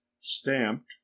stamped